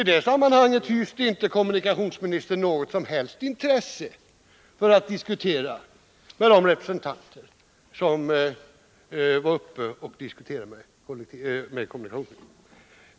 I det sammanhanget hyste inte kommunikationsministern något som helst intresse för att diskutera med de representanter som var uppe hos honom.